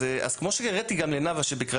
יש כאן שיח,